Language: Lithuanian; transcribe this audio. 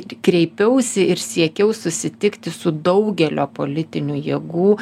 kreipiausi ir siekiau susitikti su daugelio politinių jėgų